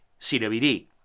CWD